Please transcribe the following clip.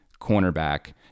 cornerback